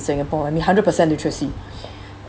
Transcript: singapore then hundred percent literacy